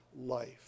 life